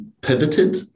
pivoted